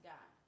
God